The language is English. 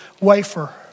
wafer